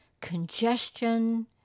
congestion